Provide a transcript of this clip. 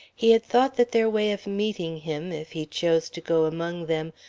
he had thought that their way of meeting him, if he chose to go among them,